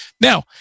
Now